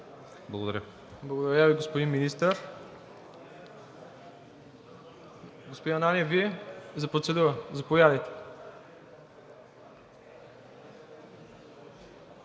Благодаря Ви, господин Министър. Господин Ананиев, Вие? За процедура? Заповядайте.